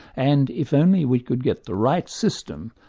and if only we could get the right system,